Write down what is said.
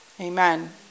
Amen